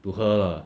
to 喝啦